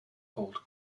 holt